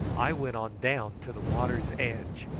i went on down to the water's edge.